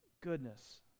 goodness